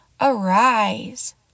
arise